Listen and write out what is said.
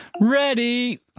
Ready